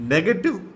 Negative